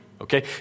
okay